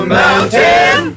mountain